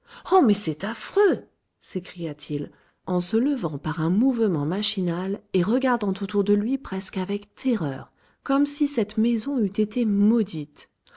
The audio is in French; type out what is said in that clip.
oh mais c'est affreux s'écria-t-il en se levant par un mouvement machinal et regardant autour de lui presque avec terreur comme si cette maison eût été maudite